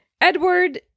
Edward